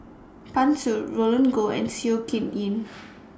Pan Shou Roland Goh and Seow Yit Kin